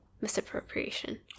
misappropriation